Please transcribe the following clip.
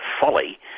folly